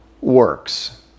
works